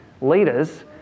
leaders